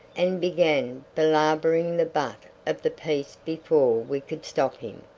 and began belabouring the butt of the piece before we could stop him,